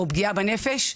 או פגיעה בנפש,